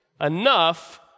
enough